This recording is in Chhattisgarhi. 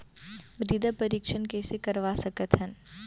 मृदा परीक्षण कइसे करवा सकत हन?